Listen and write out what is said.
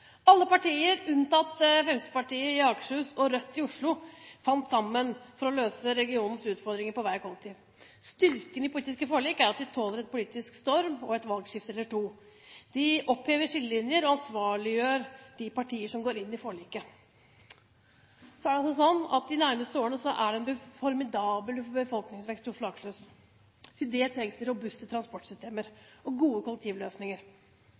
Alle partier, unntatt Fremskrittspartiet i Akershus og Rødt i Oslo, fant sammen for å løse regionens utfordringer med hensyn til vei-/kollektivtrafikk. Styrken i politiske forlik er at de tåler en politisk storm og et valgskifte eller to. De opphever skillelinjer og ansvarliggjør de partier som går inn i forliket. De nærmeste årene er det en formidabel befolkningsvekst i Oslo og Akershus. Til det trengs det robuste transportsystemer og gode kollektivløsninger.